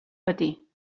patir